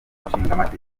nshingamateka